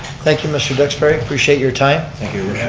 thank you mr. duxbury, appreciate your time. thank you,